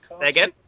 again